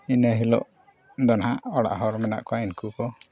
ᱤᱱᱟᱹ ᱦᱤᱞᱳᱜ ᱫᱚ ᱱᱟᱦᱟᱜ ᱚᱲᱟᱜ ᱦᱚᱲ ᱢᱮᱱᱟᱜ ᱠᱚᱣᱟ ᱩᱱᱠᱩ ᱠᱚ